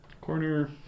Corner